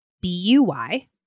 B-U-Y